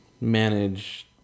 manage